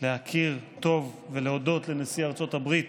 להכיר טובה ולהודות לנשיא ארצות הברית